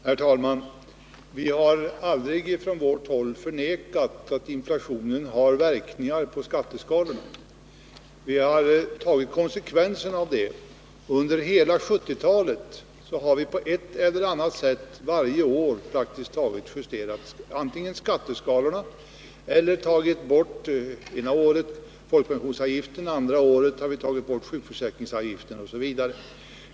Herr talman! På vårt håll har vi aldrig förnekat att inflationen har verkningar på skatteskalorna, utan vi har tagit konsekvenserna därav. Under hela 1970-talet har vi på ett eller annat sätt praktiskt taget varje år antingen justerat skatteskalorna eller tagit bort avgifter: det ena året folkpensionsavgiften, det andra året sjukförsäkringsavgiften, osv.